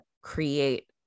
create